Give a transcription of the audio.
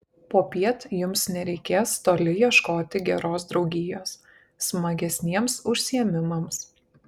popiet jums nereikės toli ieškoti geros draugijos smagesniems užsiėmimams